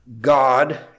God